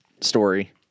story